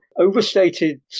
overstated